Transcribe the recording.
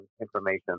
information